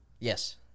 Yes